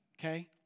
okay